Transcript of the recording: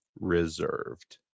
reserved